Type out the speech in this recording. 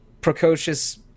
precocious